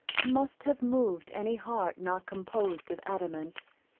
must have moved any heart not composed of adamant.